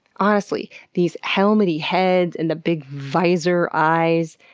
honestly, these helmet-y heads, and the big visor eyes.